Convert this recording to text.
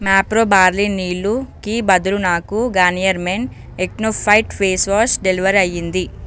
Mapro barley నీళ్ళుకి బదులు నాకు Garnier men acno fight face wash deliver అయ్యింది